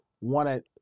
wanted